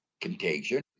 contagion